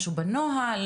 משהו בנוהל,